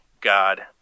God